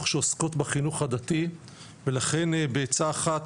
שעוסקות בחינוך הדתי ולכן בעצה אחת,